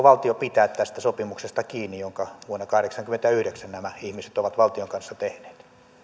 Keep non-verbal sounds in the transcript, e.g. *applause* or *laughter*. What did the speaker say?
*unintelligible* valtio pitää kiinni tästä sopimuksesta jonka vuonna kahdeksankymmentäyhdeksän nämä ihmiset ovat valtion kanssa tehneet